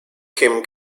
kim